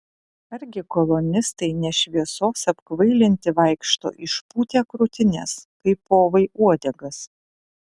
argi kolonistai ne šviesos apkvailinti vaikšto išpūtę krūtines kaip povai uodegas